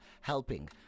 helping